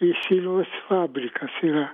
į silvos fabrikas yra